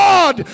God